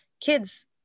kids